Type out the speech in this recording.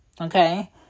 Okay